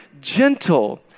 gentle